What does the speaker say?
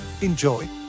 Enjoy